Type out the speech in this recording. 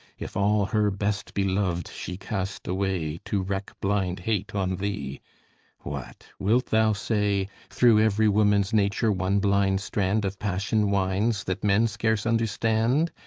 if all her best-beloved she cast away to wreck blind hate on thee what, wilt thou say through every woman's nature one blind strand of passion winds, that men scarce understand?